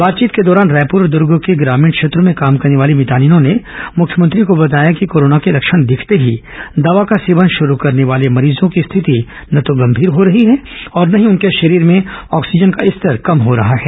बातचीत के दौरान रायपुर और दर्ग के ग्रामीण क्षेत्रों में काम करने वाली मितानिनों ने मुख्यमंत्री को बताया कि कोरोना के लक्षण दिखर्ते ही दवा का सेवन शुरू करने वाले मरीजों की स्थिति ना तो गंभीर हो रही है और ना ही उनके शरीर में ऑक्सीजन का स्तर कम हो रहा है